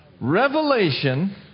Revelation